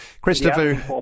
Christopher